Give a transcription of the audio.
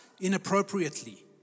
inappropriately